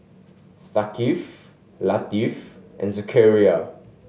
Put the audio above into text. Thaqif Latif and Zakaria